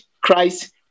Christ